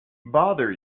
bother